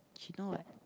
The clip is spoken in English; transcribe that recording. she know what